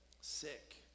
sick